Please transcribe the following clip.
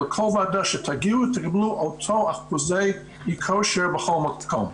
לכל ועדה שתגיעו תקבלו את אותם אחוזי אי-כושר בכל מקום,